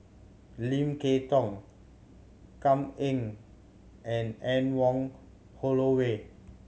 Lim Kay Tong Kam Ning and Anne Wong Holloway